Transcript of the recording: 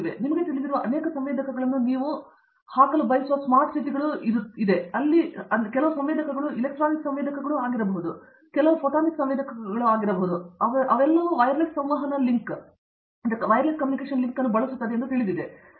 ಆದ್ದರಿಂದ ನಿಮಗೆ ತಿಳಿದಿರುವ ಅನೇಕ ಸಂವೇದಕಗಳನ್ನು ನೀವು ಹಾಕಲು ಬಯಸುವ ಸ್ಮಾರ್ಟ್ ನಗರಗಳು ನಿಮಗೆ ತಿಳಿದಿವೆ ಅವುಗಳಲ್ಲಿ ಕೆಲವು ಸಂವೇದಕಗಳು ಇಲೆಕ್ಟ್ರಾನಿಕ್ ಸಂವೇದಕಗಳು ಆಗಿರಬಹುದು ಅವುಗಳಲ್ಲಿ ಕೆಲವು ಫೋಟೊನಿಕ್ ಸಂವೇದಕಗಳು ಆಗಿರಬಹುದು ಅವರೆಲ್ಲರೂ ವೈರ್ಲೆಸ್ ಸಂವಹನ ಲಿಂಕ್ ಅನ್ನು ಬಳಸುತ್ತಾರೆ ಎಂದು ನಿಮಗೆ ತಿಳಿದಿವೆ